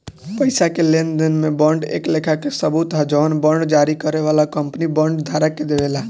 पईसा के लेनदेन में बांड एक लेखा के सबूत ह जवन बांड जारी करे वाला कंपनी बांड धारक के देवेला